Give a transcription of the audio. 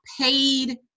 paid